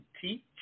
teach